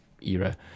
era